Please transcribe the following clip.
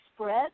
spread